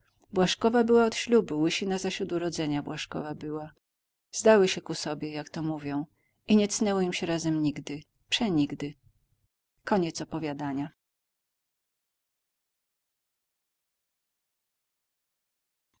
błażkową była od ślubu łysina zaś od urodzenia błażkowa była zdały się ku sobie jak to mówią i nie cnęło im się razem nigdy przenigdy na